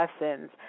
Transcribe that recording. lessons